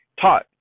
taught